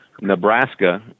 Nebraska